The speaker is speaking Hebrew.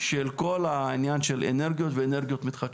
של כל העניין של אנרגיות ואנרגיות מתחדשות.